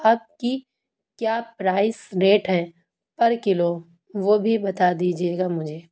آپ کی کیا پرائس ریٹ ہے پر کلو وہ بھی بتا دیجیے گا مجھے